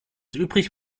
übrig